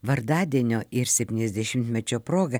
vardadienio ir septyniasdešimtmečio proga